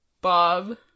Bob